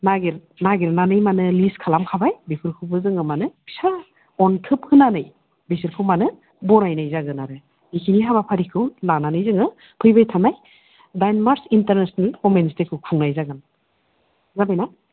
नागिरै नागिरनानै माने लिस्ट खालामखाबाय बेफोरखौबो जोङो माने फिसा अन्थोब होनानै बिसोरखौ माने बरायनाय जागोन आरो बेखिनि हाबाफारिखौ लानानै जोङो फैबाय थानाय दाइन मार्च इन्टारनेसनेल वमेन्स डेखौ खुंनाय जागोन जाबायना